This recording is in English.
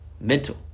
Mental